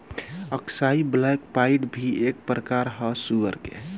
अक्साई black pied भी एक प्रकार ह सुअर के